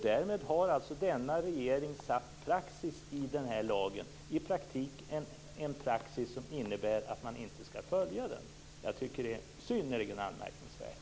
Därmed har alltså denna regering satt praxis av den här lagen - en praxis som i praktiken innebär att man inte skall följa lagen. Jag finner det synnerligen anmärkningsvärt.